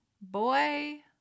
Boy